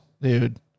dude